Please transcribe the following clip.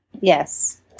Yes